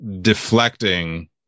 deflecting